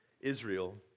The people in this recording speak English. Israel